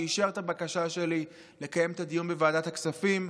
שאישר את הבקשה שלי לקיים את הדיון בוועדת הכספים,